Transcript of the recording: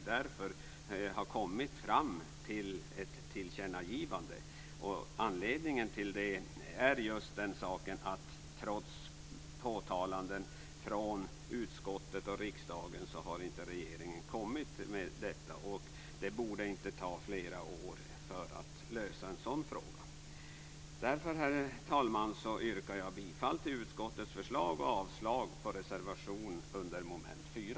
Därför har vi kommit fram till ett tillkännagivande. Anledningen till det är just att regeringen trots påtalanden från utskottet och riksdagen inte har kommit med ett förslag. Det borde inte ta flera år att lösa en sådan fråga. Herr talman! Jag yrkar därför bifall till utskottets förslag och avslag på reservationen under mom. 4.